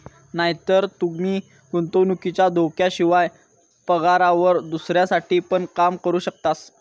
नायतर तूमी गुंतवणुकीच्या धोक्याशिवाय, पगारावर दुसऱ्यांसाठी पण काम करू शकतास